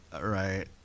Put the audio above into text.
right